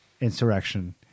insurrection